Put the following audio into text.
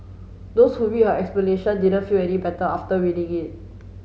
those who read her explanation didn't feel any better after reading it